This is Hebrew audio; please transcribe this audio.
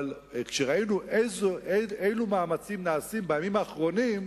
אבל כשראינו אילו מאמצים נעשים בימים האחרונים,